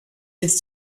this